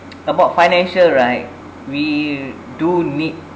about financial right we do need